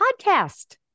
podcast